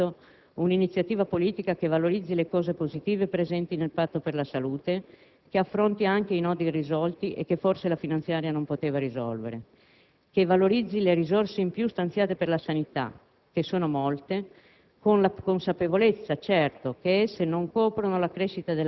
certo la politica sanitaria non può essere ridotta alla finanziaria; per questo dovremo assumere subito un'iniziativa politica che valorizzi le cose positive presenti nel Patto per la salute, che affronti anche i nodi irrisolti e che forse la finanziaria non poteva risolvere. Che valorizzi le risorse in più stanziate per la sanità